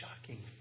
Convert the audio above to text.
shocking